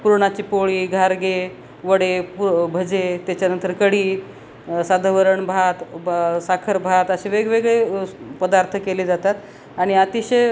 पुरणाची पोळी घारगे वडे पुर् भजे त्याच्यानंतर कडी साधं वरणभात साखरभात असे वेगवेगळे पदार्थ केले जातात आणि अतिशय